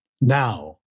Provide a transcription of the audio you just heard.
Now